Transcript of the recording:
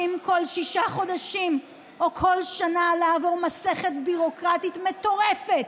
כל שישה חודשים או כל שנה לעבור מסכת ביורוקרטית מטורפת